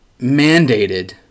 mandated